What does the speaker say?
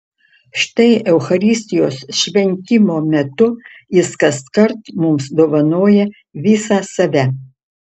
štai eucharistijos šventimo metu jis kaskart mums dovanoja visą save